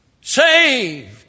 Saved